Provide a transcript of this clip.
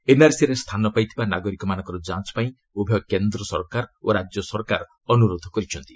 ଏନ୍ଆର୍ସିରେ ସ୍ଥାନ ପାଇଥିବା ନାଗରିକମାନଙ୍କ ଯାଞ୍ ପାଇଁ ଉଭୟ କେନ୍ଦ୍ର ସରକାର ଓ ରାଜ୍ୟ ସରକାର ଅନୁରୋଧ କରିଛନ୍ତି